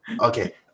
okay